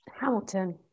Hamilton